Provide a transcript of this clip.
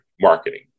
marketing